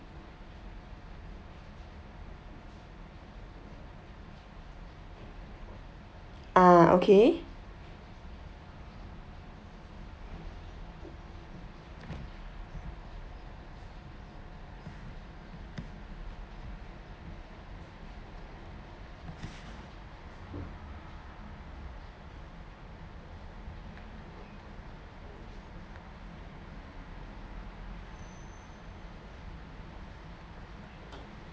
ah okay